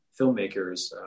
filmmakers